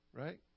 right